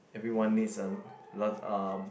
everyone needs a learn um